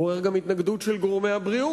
זה עורר התנגדות גם של גורמי הבריאות,